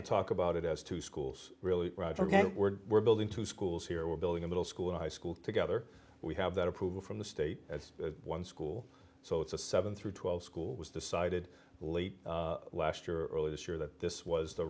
to talk about it as two schools really forget we're we're building two schools here we're building a middle school high school together we have that approval from the state as one school so it's a seven through twelve school was decided late early this year that this was the